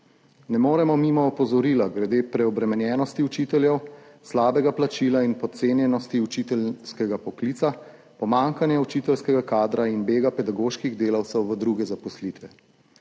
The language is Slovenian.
Ne moremo mimo opozorila glede preobremenjenosti učiteljev, slabega plačila in podcenjenosti učiteljskega poklica, pomanjkanje učiteljskega kadra in bega pedagoških delavcev v druge zaposlitve.